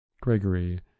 Gregory